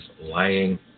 lying